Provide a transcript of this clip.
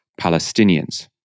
Palestinians